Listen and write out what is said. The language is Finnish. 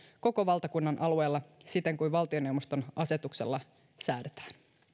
koko valtakunnan alueella siten kuin valtioneuvoston asetuksella säädetään